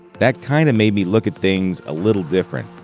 that kinda made me look at things a little different,